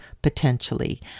Potentially